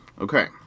Okay